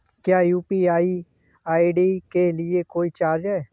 क्या UPI ID के लिए कोई चार्ज है?